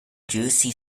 jersey